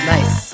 Nice